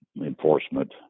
enforcement